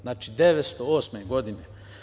Znači, 1908. godine.